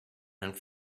and